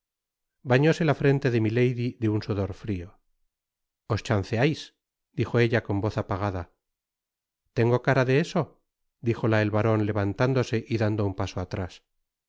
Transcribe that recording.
bañóse la frente de milady de un sudor frio os chanceais dijo ella con voz apagada tengo cara de eso dijola el baron levantándose y dando un paso atrás